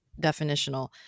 definitional